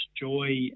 joy